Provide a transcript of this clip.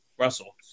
Russell